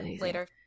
later